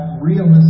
realistic